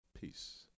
Peace